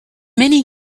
many